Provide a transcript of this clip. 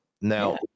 now